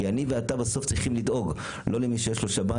כי אני ואתה בסוף צריכים לדאוג לא למי שיש לו שב"ן.